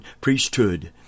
priesthood